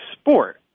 sport